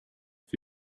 för